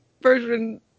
version